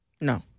No